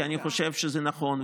כי אני חושב שזה נכון,